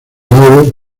nuevo